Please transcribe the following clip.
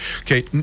Okay